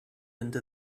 into